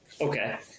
Okay